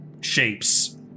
shapes